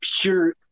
pure